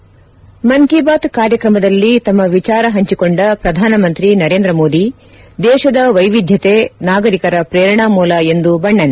ತಮ್ಮ ಮನ್ ಕೀ ಬಾತ್ ಕಾರ್ಯಕ್ರಮದಲ್ಲಿ ವಿಚಾರ ಹಂಚಿಕೊಂಡ ಪ್ರಧಾನಮಂತ್ರಿ ನರೇಂದ್ರ ಮೋದಿ ದೇಶದ ವೈವಿಧ್ಯತೆ ನಾಗರಿಕರ ಪ್ರೇರಣಾ ಮೂಲ ಎಂದು ಬಣ್ಣನೆ